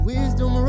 Wisdom